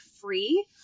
free